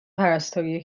پرستاری